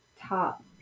top